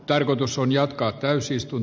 tarkoitus on jatkaa täysistun